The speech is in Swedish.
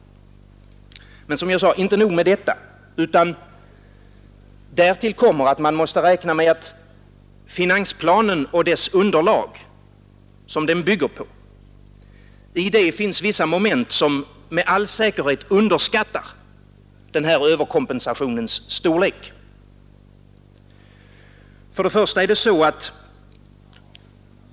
Men inte nog med detta! Därtill kommer att man måste räkna med att i det underlag som finansplanen bygger på finns vissa moment som med all säkerhet underskattar överkompensationens storlek.